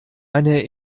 meine